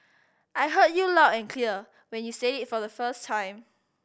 I heard you loud and clear when you said it for the first time